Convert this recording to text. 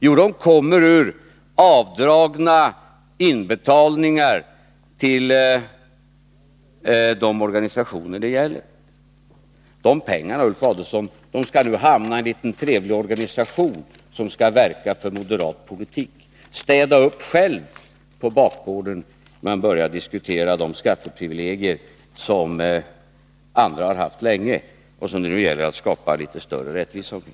Jo, de kommer från avdragen för inbetalningarna till de organisationer det gäller. De pengarna skall nu hamna i en liten trevlig organisation som skall verka för moderat politik. Städa upp själva på bakgården, innan ni börjar diskutera skatteprivilegier som andra har haft länge och som det nu gäller att skapa litet större rättvisa omkring!